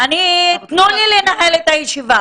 תנו לי לנהל את הישיבה.